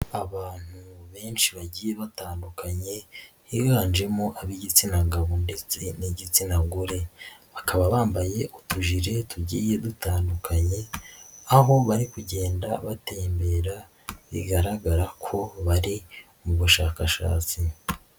Abantu benshi bagiye batandukanye higanjemo ab'igitsina gabo ndetse n'igitsina gore bakaba bambaye utujire tugiye dutandukanye aho bari kugenda batembera bigaragara ko bari mu bushakashatsi.